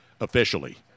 officially